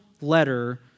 letter